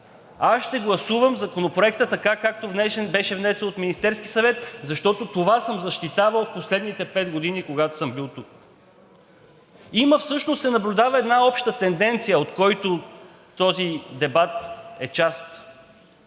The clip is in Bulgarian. Аз ще гласувам Законопроекта така, както беше внесен от Министерския съвет, защото това съм защитавал в последните пет години, когато съм бил тук. Наблюдава се една обща тенденция, от която този дебат е част.